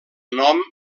nom